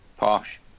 Posh